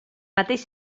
mateix